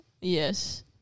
Yes